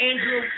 Andrew